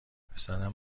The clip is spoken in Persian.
پسرم